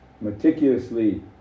meticulously